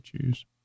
choose